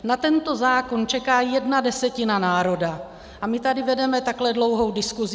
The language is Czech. Na tento zákon čeká jedna desetina národa a my tady vedeme takhle dlouhou diskusi.